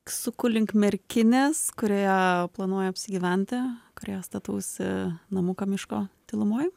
suku link merkinės kurioje planuoju apsigyventi kurioje statausi namuką miško tylumoj